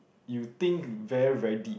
you think very very deep